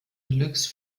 deluxe